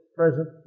present